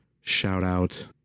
shout-out